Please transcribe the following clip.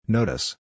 Notice